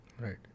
Right